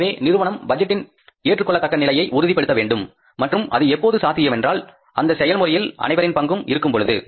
எனவே நிறுவனம் பட்ஜெட்டின் ஏற்றுக்கொள்ளத்தக்க நிலையை உறுதிப்படுத்த வேண்டும் மற்றும் அது எப்போது சாத்தியமென்றால் அந்த செயல்முறையில் அனைவரின் பங்கும் இருக்கும்பொழுது